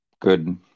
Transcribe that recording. good